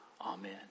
Amen